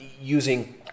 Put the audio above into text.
using